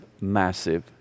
massive